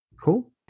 Cool